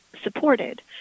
supported